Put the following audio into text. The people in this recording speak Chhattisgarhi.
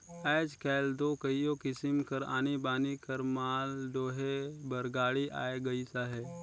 आएज काएल दो कइयो किसिम कर आनी बानी कर माल डोहे बर गाड़ी आए गइस अहे